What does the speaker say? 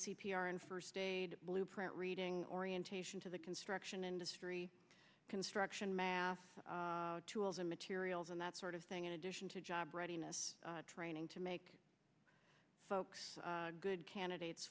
r and first aid blueprint reading orientation to the construction industry construction math tools and materials and that sort of thing in addition to job readiness training to make folks good candidates